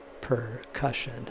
percussion